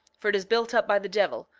for it is built up by the devil,